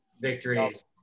victories